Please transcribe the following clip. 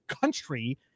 country